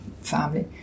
family